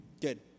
Good